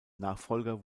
nachfolger